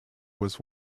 was